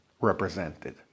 represented